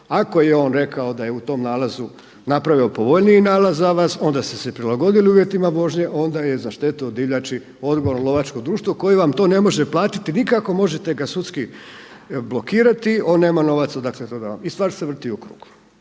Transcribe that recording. Ako je on rekao da je u tom nalazu napravio povoljniji nalaz za vas onda ste se prilagodili uvjetima vožnje, onda je za štetu od divljači odgovorno lovačko društvo koje vam to ne može platiti nikako. Možete ga sudski blokirati. On nema novaca, dakle to da vam i stvar se vrti u krug.